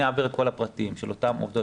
אני אעביר את כל הפרטים של אותן עובדות